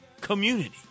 community